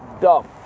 dumb